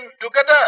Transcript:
together